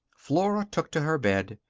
flora took to her bed.